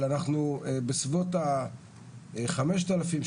אבל אנחנו בסביבות החמשת אלפים,